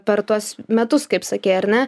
per tuos metus kaip sakei ar ne